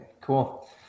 cool